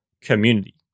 community